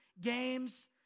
games